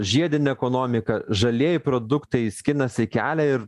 žiedinė ekonomika žalieji produktai skinasi kelią ir